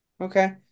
Okay